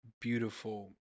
beautiful